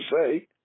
say